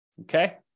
Okay